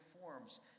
forms